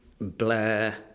Blair